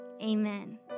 amen